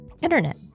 internet